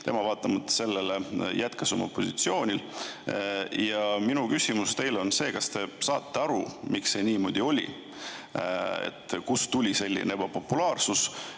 tema vaatamata sellele jätkas oma positsioonil. Minu küsimus teile on see: kas te saate aru, miks see niimoodi oli? Kust tuli selline ebapopulaarsus?